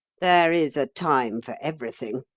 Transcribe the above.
there is a time for everything,